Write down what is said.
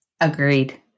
Agreed